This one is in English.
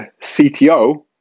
CTO